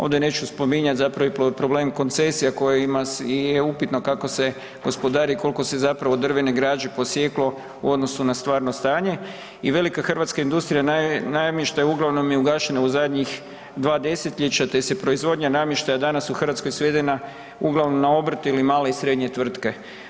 Onda neću spominjat zapravo i problem koncesija koje ima, je upitno kako se gospodari, kolko se zapravo drvene građe posjeklo u odnosu na stvarno stanje i velika hrvatska industrija namještaja uglavnom je ugašena u zadnjih 2 desetljeća, te se proizvodnja namještaja danas u Hrvatskoj svedena uglavnom na obrt ili male i srednje tvrtke.